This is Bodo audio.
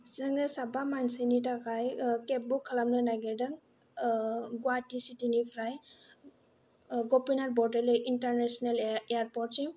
जोङो साबा मानसिनि थाखाय केब बुक खालामनो नागिरदों गुवाहाटि सिटिनिफ्राय गपिनाथ बरद'लय इन्टारनेसनेल एयारपर्टसिम